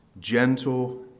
Gentle